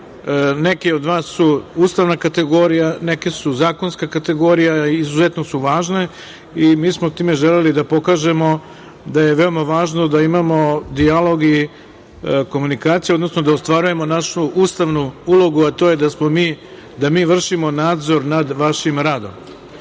neke od vas su ustavna kategorija, neke su zakonska kategorija i izuzetno su važne i mi smo time želeli da pokažemo da je veoma važno da imamo dijalog i komunikaciju, odnosno da ostvarujemo našu ustavnu ulogu, a to je da mi vršimo nadzor nad vašim radom. Prema